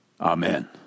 Amen